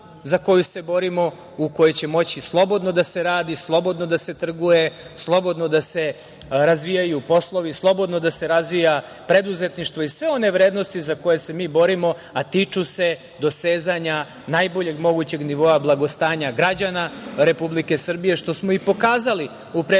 za koju se borimo, u kojoj će moći slobodno da se radi, slobodno da se trguje, slobodno da se razvijaju poslovi, slobodno da se razvija preduzetništvo i sve one vrednosti za koje se mi borimo, a tiču se dosezanja najboljeg mogućeg nivoa blagostanja građana Republike Srbije, što smo i pokazali u prethodnom